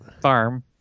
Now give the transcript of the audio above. farm